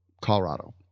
Colorado